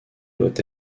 doit